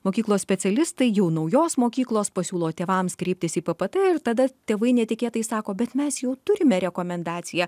mokyklos specialistai jau naujos mokyklos pasiūlo tėvams kreiptis į p p t ir tada tėvai netikėtai sako bet mes jau turime rekomendaciją